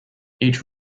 each